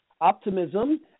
optimism